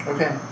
Okay